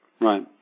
Right